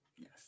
Yes